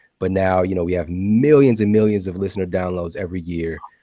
but now you know we have millions and millions of listener downloads every year.